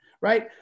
Right